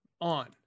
on